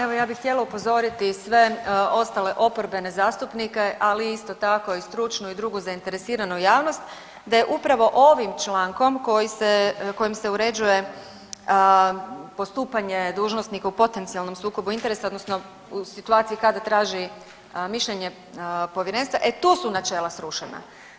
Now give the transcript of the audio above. Evo ja bi htjela upozoriti sve ostale oporbene zastupnike, ali isto tako i stručnu i drugu zainteresiranu da je upravo ovim člankom koji se, kojim se uređuje postupanje dužnosnika u potencijalnom sukobu interesa odnosno u situaciji kada traži mišljenje povjerenstva, e tu su načela strušena.